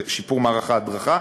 שיפור מערך ההדרכה,